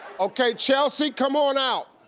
okay chelsea come on out.